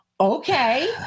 Okay